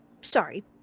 sorry